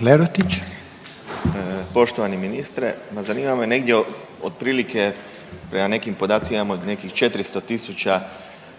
**Lerotić, Marin (IDS)** Poštovani ministre. Ma zanima me negdje otprilike, prema nekim podacima imamo nekih 400 tisuća